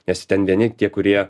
nes ten vieni tie kurie